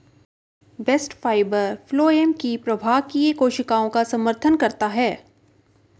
bast fibre phloem की प्रवाहकीय कोशिकाओं का समर्थन करता है